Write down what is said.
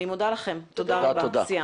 אני מודה לכם, סיימנו.